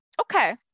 Okay